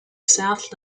south